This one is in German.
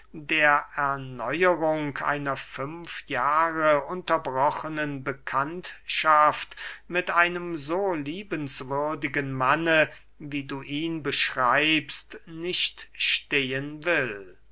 der erneuerung einer fünf jahre unterbrochnen bekanntschaft mit einem so liebenswürdigen manne wie du ihn beschreibst nicht stehen will